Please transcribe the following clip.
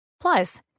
Plus